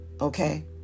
okay